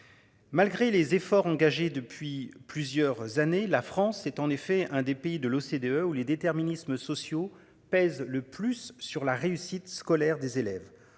Malgré les efforts engagés depuis plusieurs années, la France est en effet un des pays de l'OCDE où les déterminismes sociaux pèsent le plus sur la réussite scolaire des élèves